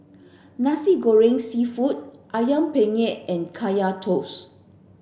Nasi Goreng Seafood Ayam Penyet and Kaya Toast